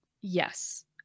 Yes